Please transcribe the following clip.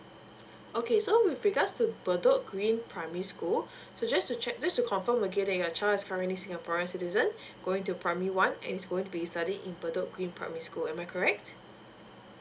okay so with regards to bedok green primary school so just to check just to confirm again that your child is currently singaporeans citizen going to primary one and is going to be studying in bedok green primary school am I correct